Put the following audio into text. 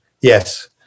Yes